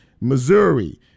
Missouri